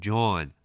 John